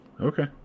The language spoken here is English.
okay